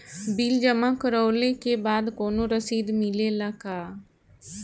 Bill जमा करवले के बाद कौनो रसिद मिले ला का?